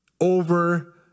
over